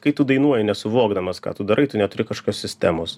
kai tu dainuoji nesuvokdamas ką tu darai tu neturi kažkokios sistemos